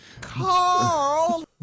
Carl